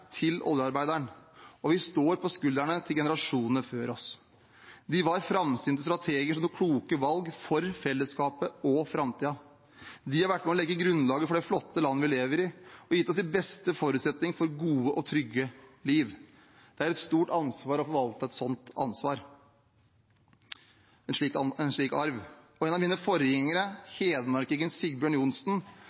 til oljearbeideren, og vi står på skuldrene til generasjonene før oss. De var framsynte strateger som tok kloke valg for fellesskapet og framtiden. De har vært med på å legge grunnlaget for det flotte landet vi lever i, og gitt oss de beste forutsetningene for et godt og trygt liv. Det er et stort ansvar å forvalte en slik arv. En av mine forgjengere, hedmarkingen Sigbjørn Johnsen,